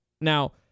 Now